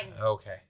Okay